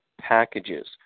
packages